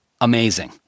amazing